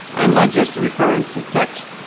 i am not just referring to text,